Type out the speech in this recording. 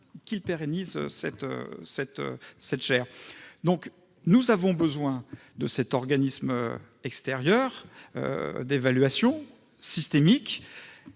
qu'il pérennise cette chaire. Nous avons donc bien besoin de cet organisme extérieur d'évaluation systémique.